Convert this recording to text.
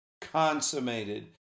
consummated